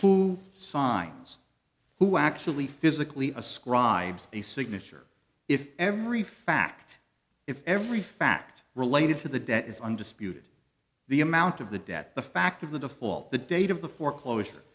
who signs who actually physically ascribes a signature if every fact if every fact related to the debt is undisputed the amount of the debt the fact of the default the date of the foreclosure